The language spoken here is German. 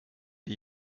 die